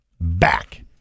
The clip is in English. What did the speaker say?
Back